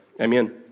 Amen